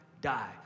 die